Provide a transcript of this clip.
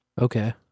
Okay